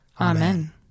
Amen